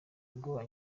bwoba